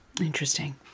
Interesting